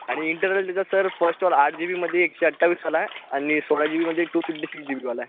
आणि इंटर्नल त्याचा सर फस्टवाला आठ जी बीमध्ये एकशे अठ्ठावीसवाला आहे आणि सोळा जी बीमध्ये टू फिफ्टी सिक्स जी बीवाला आहे